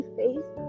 face